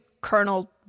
colonel